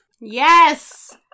Yes